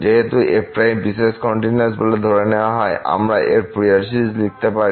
যেহেতু f piecewise continuous বলে ধরে নেওয়া হয় আমরা এর ফুরিয়ার সিরিজ লিখতে পারি